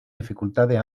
dificultades